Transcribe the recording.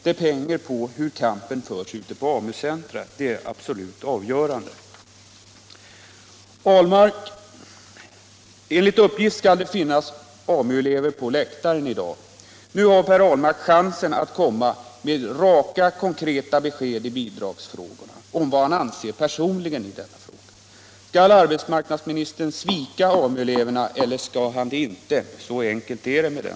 Det hänger på hur kampen förs ute på AMU-centren. Det är det absolut avgörande. Enligt uppgift skall det finnas AMU-elever på läktaren i dag. Nu har Per Ahlmark chansen att komma med raka, konkreta besked i bidragsfrågan om vad han personligen anser. Skall arbetsmarknadsministern svika AMU-eleverna eller skall han det inte? Så enkelt är det.